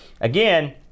again